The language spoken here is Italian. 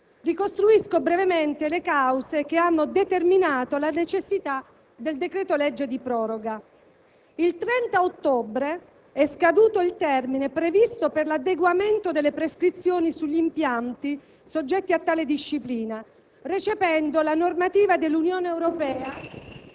Ricostruisco brevemente le cause che hanno determinato la necessità del decreto-legge di proroga. Il 30 ottobre è scaduto il termine previsto per l'adeguamento delle prescrizioni sugli impianti soggetti a tale disciplina, recependo la direttiva 96/61/CE dell'Unione Europea,